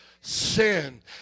sin